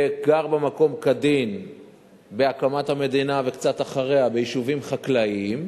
וגר במקום כדין מהקמת המדינה וקצת אחריה ביישובים חקלאיים.